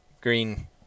green